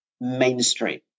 mainstream